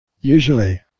Usually